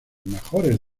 mejores